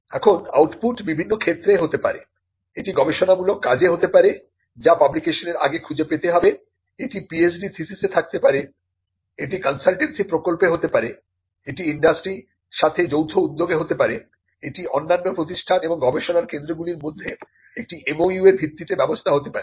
এখন আউটপুট বিভিন্ন ক্ষেত্রে হতে পারে এটি গবেষণামূলক কাজে হতে পারে যা পাবলিকেশনের আগে খুঁজে পেতে হবেএটি PhD থিসিসে থাকতে পারে এটি কনসালটেন্সি প্রকল্পে হতে পারে এটি ইন্ডাস্ট্রি সাথে যৌথ উদ্যোগে হতে পারে এটি অন্যান্য প্রতিষ্ঠান এবং গবেষণার কেন্দ্রগুলির মধ্যে একটি MOU এর ভিত্তিতে ব্যবস্থা হতে পারে